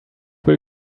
will